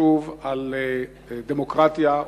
החשוב על דמוקרטיה וביטחון.